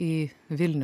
į vilnių